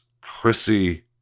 Chrissy